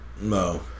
No